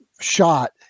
shot